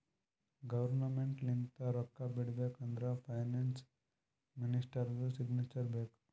government ಲಿಂತ ರೊಕ್ಕಾ ಬಿಡ್ಬೇಕ ಅಂದುರ್ ಫೈನಾನ್ಸ್ ಮಿನಿಸ್ಟರ್ದು ಸಿಗ್ನೇಚರ್ ಬೇಕ್